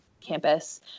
campus